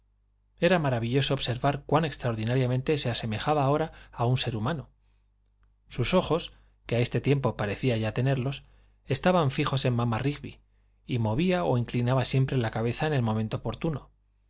era maravilloso observar cuán extraordinariamente se asemejaba ahora a un ser humano sus ojos que a este tiempo parecía ya tenerlos estaban fijos en mamá rigby y movía o inclinaba siempre la cabeza en el momento oportuno